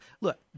Look